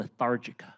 lethargica